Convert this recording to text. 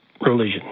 Religion